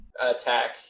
attack